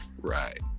right